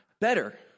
better